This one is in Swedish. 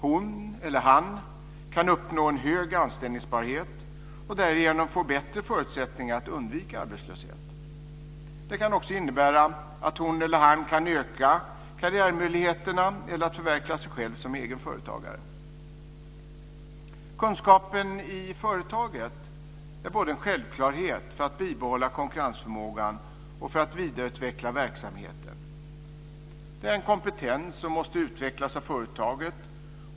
Hon eller han kan uppnå en hög anställningsbarhet och därigenom få bättre förutsättningar att undvika arbetslöshet. Det kan också innebära att hon eller han kan öka karriärmöjligheterna eller förverkliga sig själv som egen företagare. Kunskapen i företaget är en självklarhet både för att bibehålla konkurrensförmåga och för att vidareutveckla verksamheten. Det är en kompetens som måste utvecklas av företaget.